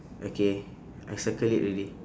okay I circle it already